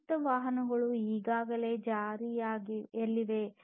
ಸ್ವಾಯತ್ತ ವಾಹನಗಳು ಈಗಾಗಲೇ ಜಾರಿಯಲ್ಲಿವೆ